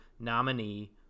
nominee